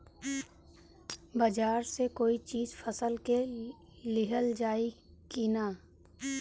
बाजार से कोई चीज फसल के लिहल जाई किना?